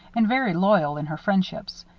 and very loyal in her friendships.